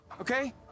Okay